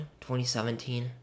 2017